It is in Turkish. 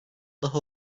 daha